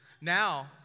Now